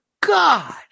God